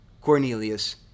Cornelius